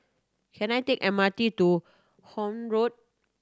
can I take M R T to Horne Road